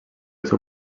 seu